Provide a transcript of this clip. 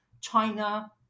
China